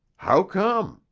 how come?